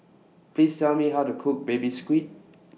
Please Tell Me How to Cook Baby Squid